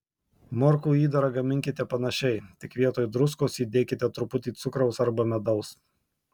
morkų įdarą gaminkite panašiai tik vietoj druskos įdėkite truputį cukraus arba medaus